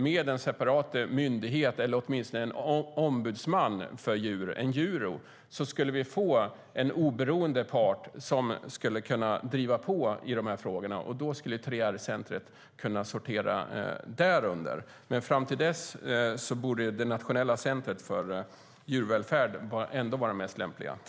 Med en separat myndighet eller åtminstone en ombudsman för djur, en DjurO, skulle vi få en oberoende part som skulle kunna driva på i de här frågorna. Då skulle 3R-centret kunna sortera därunder. Fram till dess borde det nationella centret för djurvälfärd vara det mest lämpliga.